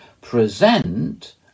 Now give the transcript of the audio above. present